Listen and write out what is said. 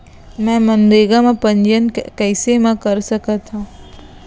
मैं मनरेगा म पंजीयन कैसे म कर सकत हो?